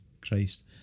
Christ